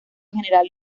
general